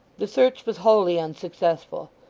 the search was wholly unsuccessful.